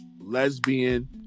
lesbian